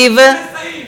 טוב, שמסייעים.